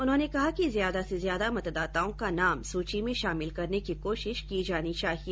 उन्होंने कहा कि ज्यादा से ज्यादा मतदाताओं का नाम सूची में शामिल करने की कोशिश की जानी चाहिए